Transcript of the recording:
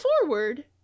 forward